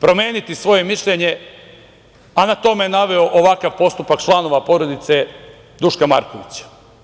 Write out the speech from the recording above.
promeniti svoje mišljenje, a na to me naveo ovakav postupak članova porodice Duška Markovića.